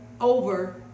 over